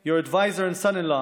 גם ליועץ והחתן שלך,